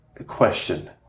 question